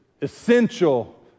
essential